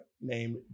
named